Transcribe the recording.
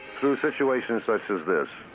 through situations such as this,